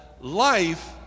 life